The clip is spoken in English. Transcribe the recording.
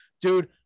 dude